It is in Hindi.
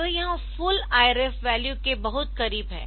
तो यह फुल I ref वैल्यू के बहुत करीब है